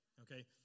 okay